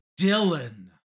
Dylan